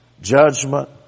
judgment